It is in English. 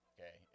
Okay